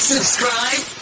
Subscribe